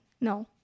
no